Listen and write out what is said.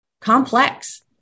complex